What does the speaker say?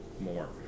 more